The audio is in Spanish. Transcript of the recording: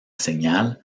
señal